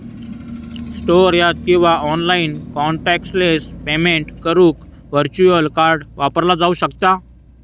store यात किंवा online contactless payment करुक व्हर्च्युअल कार्ड वापरला जाऊ शकता